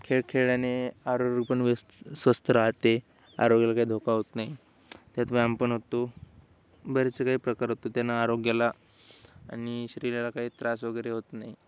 खेळ खेळल्याने आरोग्य पन व्यस् स्वस्त राहते आरोग्याला काही धोका होत नाही त्यात व्यायाम पण होतो बरेचसे काही प्रकार होतो त्यांना आरोग्याला आणि शरीराला काही त्रास वगैरे होत नाही